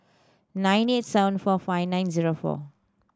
nine eight seven four five nine zero four